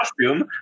costume